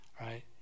right